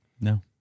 No